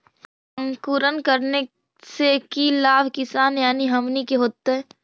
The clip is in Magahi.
अंकुरण करने से की लाभ किसान यानी हमनि के होतय?